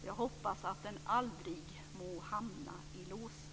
Jag hoppas att den aldrig må hamna i låset.